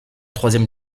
troisième